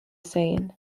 sane